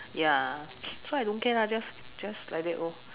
ya so I don't care lah just just like that lor